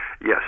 Yes